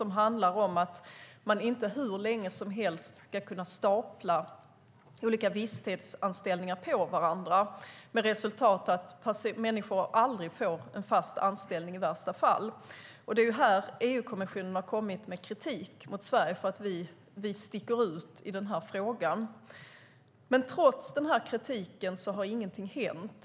Man ska alltså inte kunna stapla olika visstidsanställningar på varandra hur länge som helst med resultatet att människor i värsta fall aldrig får en fast anställning. Här har EU-kommissionen kommit med kritik mot Sverige. Vi sticker ut i den här frågan. Trots kritiken har ingenting hänt.